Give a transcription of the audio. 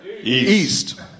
East